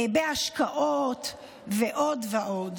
בהשקעות ועוד ועוד,